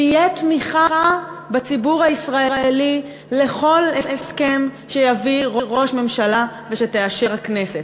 תהיה תמיכה בציבור הישראלי בכל הסכם שיביא ראש ממשלה ושתאשר הכנסת.